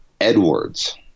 Edwards